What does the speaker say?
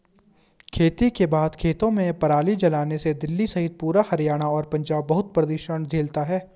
खेती के बाद खेतों में पराली जलाने से दिल्ली सहित पूरा हरियाणा और पंजाब बहुत प्रदूषण झेलता है